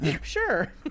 sure